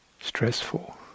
stressful